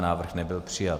Návrh nebyl přijat.